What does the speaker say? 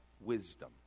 wisdom